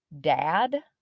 dad